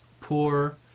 poor